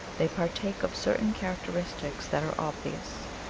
they partake of certain charac teristics that are obvious.